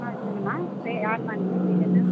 ஆ சொல்லும்மா பே யாரும்மா நீங்கள் பேரு என்ன